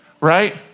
right